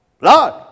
Lord